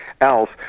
else